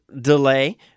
delay